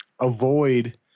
avoid